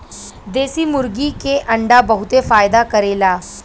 देशी मुर्गी के अंडा बहुते फायदा करेला